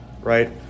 Right